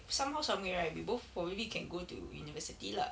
somehow some way right we both probably can go to university lah